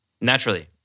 naturally